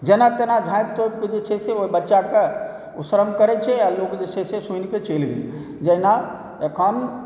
जेना तेना झाँपि तोपिकऽ जे छै से ओहि बच्चाके ओ श्रम करै छै आ लोक जे छै से सुनिकऽ चलि गेल जेना एखन